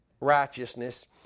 righteousness